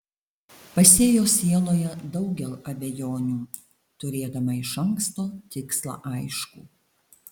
pasėjo sieloje daugel abejonių turėdama iš anksto tikslą aiškų